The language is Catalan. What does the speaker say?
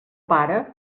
pare